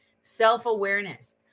Self-awareness